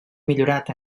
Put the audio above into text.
millorat